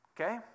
Okay